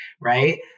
right